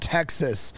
Texas